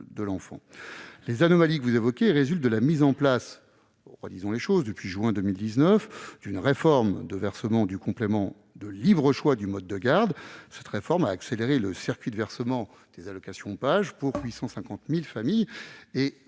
d'un enfant. Les anomalies que vous évoquez résultent de la mise en oeuvre, depuis juin 2019, d'une réforme du versement du complément de libre choix du mode de garde, ayant accéléré le circuit de versement des allocations Pajemploi pour 850 000 familles.